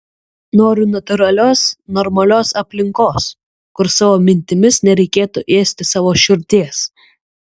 noriu natūralios normalios aplinkos kur savo mintimis nereikėtų ėsti savo širdies